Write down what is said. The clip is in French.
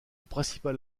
principal